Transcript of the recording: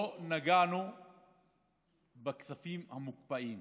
לא נגענו בכספים המוקפאים,